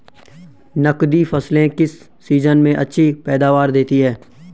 नकदी फसलें किस सीजन में अच्छी पैदावार देतीं हैं?